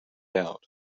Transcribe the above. out